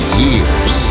years